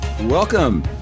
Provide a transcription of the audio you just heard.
Welcome